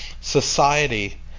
Society